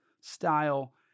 style